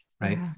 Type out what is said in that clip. Right